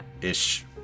ish